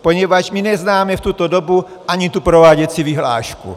Poněvadž my neznáme v tuto dobu ani tu prováděcí vyhlášku.